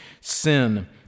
Sin